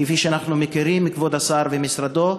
כפי שאנחנו מכירים את כבוד השר ומשרדו,